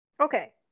Okay